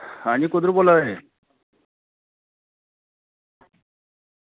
आं जी कुद्धर दा बोल्ला दे